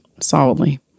Solidly